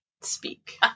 speak